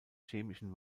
chemischen